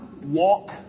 walk